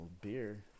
beer